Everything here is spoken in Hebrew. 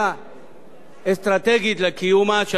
אסטרטגית לקיומה של החברה בישראל,